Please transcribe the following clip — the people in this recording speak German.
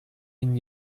ihnen